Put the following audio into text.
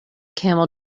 camel